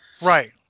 right